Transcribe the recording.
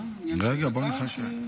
רגע, בוא נחכה.